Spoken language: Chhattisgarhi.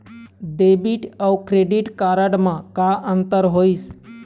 डेबिट अऊ क्रेडिट कारड म का अंतर होइस?